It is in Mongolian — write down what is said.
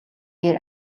дээр